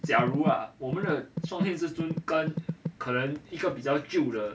假如啊我们的双天至尊跟可能一个比较旧的